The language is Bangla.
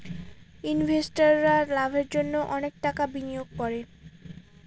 ইনভেস্টাররা লাভের জন্য অনেক টাকা বিনিয়োগ করে